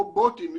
רובוטים,